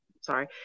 sorry